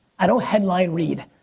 i don't headline read.